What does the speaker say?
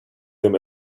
him